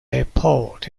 airport